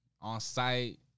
on-site